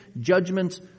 judgments